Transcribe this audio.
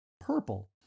purple